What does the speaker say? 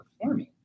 performing